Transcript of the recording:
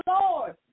Lord